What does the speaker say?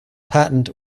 patent